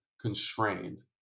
constrained